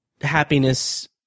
happiness